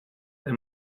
they